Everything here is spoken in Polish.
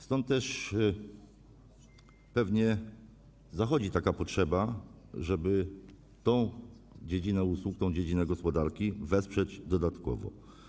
Stąd też pewnie zachodzi taka potrzeba, żeby tę dziedzinę usług, tę dziedzinę gospodarki wesprzeć dodatkowo.